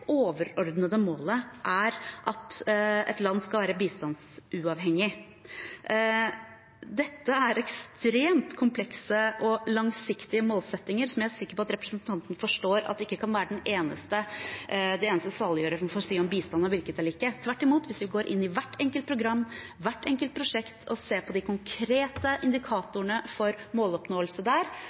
overordnede målet er at et land skal være bistandsuavhengig. Dette er ekstremt komplekse og langsiktige målsettinger, som jeg er sikker på at representanten forstår at ikke kan være det eneste saliggjørende for å si om bistand er vellykket eller ikke. Tvert imot: Hvis vi går inn i hvert enkelt program, hvert enkelt prosjekt og ser på de konkrete indikatorene for måloppnåelse der,